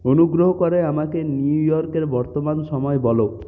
অনুগ্রহ করে আমাকে নিউইয়র্কের বর্তমান সময় বলো